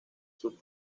sus